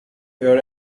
air